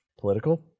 political